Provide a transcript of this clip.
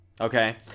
okay